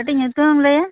ᱠᱟ ᱴᱤᱡ ᱧᱩᱛᱩᱢᱮᱢ ᱞᱟ ᱭᱟ